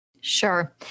Sure